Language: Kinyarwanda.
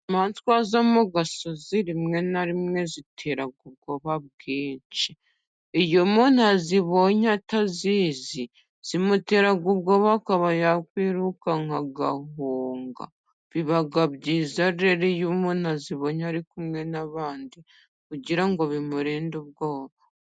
Inyamaswa zo mu gasozi rimwe na rimwe zitera ubwoba bwinshi, iyo umuntu azibonye atazizi, zimutera ubwoba akaba yakwiruka agahunga, biba byiza rero iyo umuntu azibonye ari kumwe n'abandi kugira ngo bimurinde ubwoba.